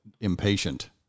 impatient